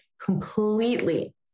completely